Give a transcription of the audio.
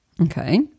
Okay